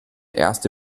erste